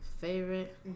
Favorite